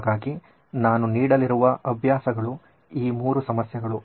ಹಾಗಾಗಿ ನಾನು ನೀಡಲಿರುವ ಅಭ್ಯಾಸಗಳು ಈ ಮೂರು ಸಮಸ್ಯೆಗಳು